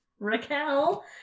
Raquel